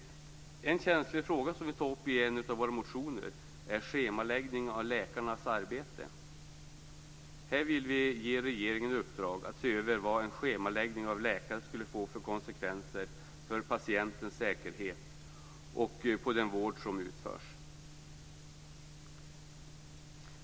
En känslig fråga som vi tar upp i en av våra motioner är schemaläggning av läkarnas arbete. Här vill vi ge regeringen i uppdrag att se över vad en schemaläggning av läkarna skulle få för konsekvenser för patientens säkerhet och för den vård som utförs.